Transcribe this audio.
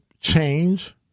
change